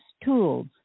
tools